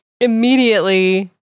immediately